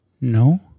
No